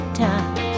time